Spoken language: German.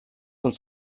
uns